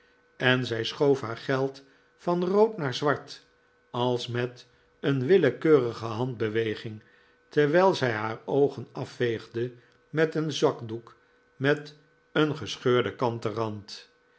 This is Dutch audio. en zij schoof haar geld van rood naar zwart als met een willekeurige handbeweging terwijl zij haar oogen afveegde met een zakdoek met een gescheurden kanten rand